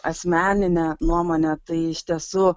asmenine nuomone tai iš tiesų